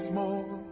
more